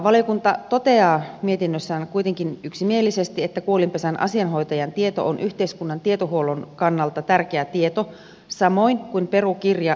valiokunta kuitenkin toteaa mietinnössään yksimielisesti että kuolinpesän asianhoitajan tieto on yhteiskunnan tietohuollon kannalta tärkeä tieto samoin kuin perukirja jäämistöoikeudellisena asiakirjana